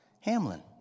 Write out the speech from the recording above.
Hamlin